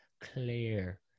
clear